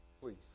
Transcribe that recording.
Please